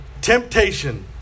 temptation